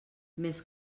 més